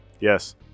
Yes